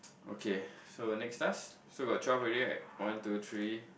okay so the next task so got twelve already right one two three